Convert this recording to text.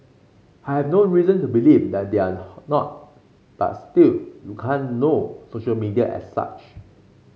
I have no reason to believe that they are not but still you can't know social media as such